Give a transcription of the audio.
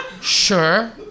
Sure